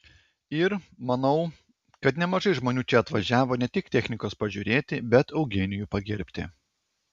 ir manau kad nemažai žmonių čia atvažiavo ne tik technikos pažiūrėti bet eugenijų pagerbti